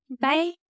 Bye